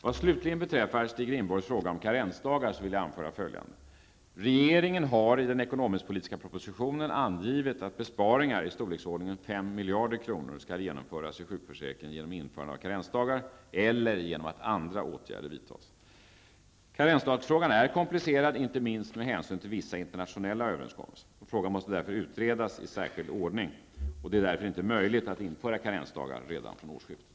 Vad slutligen beträffar Stig Rindborgs fråga om karensdagar vill jag anföra följande: Regeringen har i den ekonomisk-politiska propositionen angivit, att besparingar i storleksordningen 5 miljarder kronor skall genomföras i sjukförsäkringen genom införande av karensdagar eller genom att andra åtgärder vidtas. Karensdagsfrågan är komplicerad, inte minst med hänsyn till vissa internationella överenskommelser. Frågan måste därför utredas i särskild ordning. Det är därför inte möjligt att införa karensdagar redan från årsskiftet.